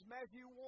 Matthew